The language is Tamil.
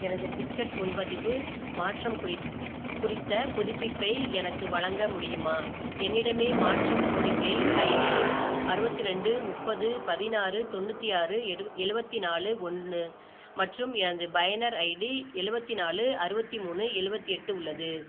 எனது டிக்கெட் முன்பதிவு மாற்றம் குறித் குறித்த புதுப்பிப்பை எனக்கு வழங்க முடியுமா என்னிடமே மாற்றம் கோரிக்கை ஐடி அறுபத்து ரெண்டு முப்பது பதினாறு தொண்ணூற்றி ஆறு எலு எழுவத்தி நாலு ஒன்று மற்றும் எனது பயனர் ஐடி எழுவத்தி நாலு அறுபத்தி மூணு எழுவத்தி எட்டு உள்ளது